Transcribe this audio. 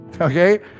okay